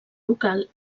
local